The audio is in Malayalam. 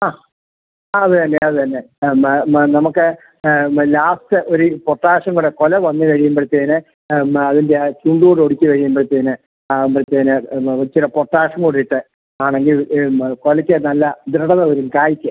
ആ അതുതന്നെ അതുതന്നെ നമുക്ക് എന്നാൽ ലാസ്റ്റ് ഒരു പൊട്ടാഷ്യം കൂടെ കുല വന്ന് കഴിയുമ്പോഴത്തേക്ക് എന്നാൽ അതിൻ്റെ ആ ചുണ്ടുകൂടെയൊടിച്ച് കഴിയുമ്പോഴത്തേക്ക് ആവുമ്പോഴത്തേക്ക് എന്താണ് ചില പൊട്ടാഷ്യം കൂടിയിട്ട് ആണെങ്കിൽ ഇന്ന് കുലയ്ക്ക് നല്ല ദൃഢത വരും കായിക്ക്